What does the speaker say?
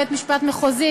בית-משפט מחוזי,